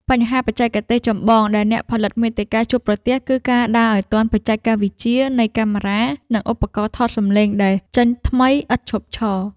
បញ្ហាបច្ចេកទេសចម្បងដែលអ្នកផលិតមាតិកាជួបប្រទះ គឺការដើរឱ្យទាន់បច្ចេកវិទ្យានៃកាមេរ៉ា និងឧបករណ៍ថតសម្លេងដែលចេញថ្មីឥតឈប់ឈរ។